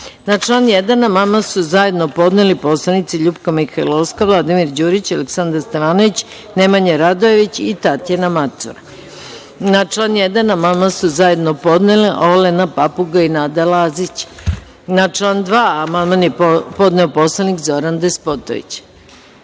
član 1. amandman su zajedno podneli poslanici LJupka Mihajlovska, Vladimir Đurić, Aleksandar Stevanović, Nemanja Radojević i Tatjana Macura. Na član 1. amandman su zajedno podnele Olena Papuga i Nada Lazić. Na član 2. amandman je podneo poslanik Zoran Despotović.